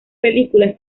películas